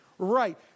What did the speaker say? right